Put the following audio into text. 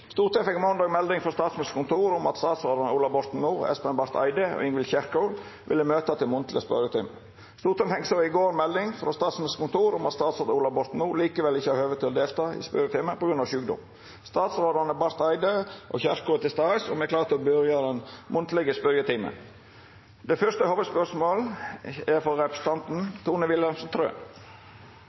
Stortinget fekk måndag melding frå Statsministerens kontor om at statsrådane Ola Borten Moe, Espen Barth Eide og Ingvild Kjerkol ville møta til munnleg spørjetime. Stortinget fekk så i går melding frå Statsministerens kontor om at statsråd Ola Borten Moe likevel ikkje har høve til å delta i spørjetimen grunna sjukdom. Statsrådane Espen Barth Eide og Ingvild Kjerkol er til stades, og me er klare til å byrja den munnlege spørjetimen. Me byrjar då med det fyrste hovudspørsmålet, som er frå representanten